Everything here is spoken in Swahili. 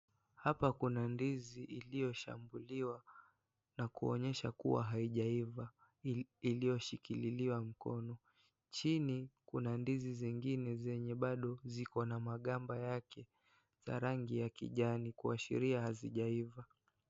Hapa kuna ndizi iliyoshambuliwa na kuonyesha kuwa haijaiva , iliyoshikililiwa mkono . Chini kuna ndizi zingine zenye bado zikona magamba yake za rangi ya kijani kuashiria hazijaiva.